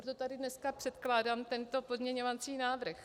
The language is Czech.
Proto tady dneska předkládám tento pozměňovací návrh.